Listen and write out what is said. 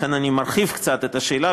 לכן אני מרחיב קצת את השאלה,